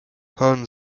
hun